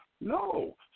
no